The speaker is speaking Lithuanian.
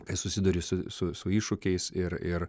kai susiduri su su su iššūkiais ir ir